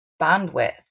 bandwidth